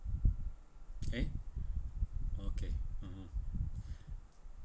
!hey! okay (uh huh)